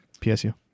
psu